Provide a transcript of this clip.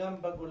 גם בגולן?